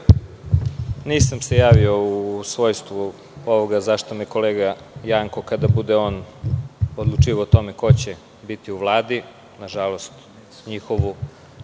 Nisam se javio u svojstvu ovoga zašta me je kolega Janko … Kada bude on odlučivao o tome ko će biti u Vladi, nažalost njihovu